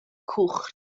cwch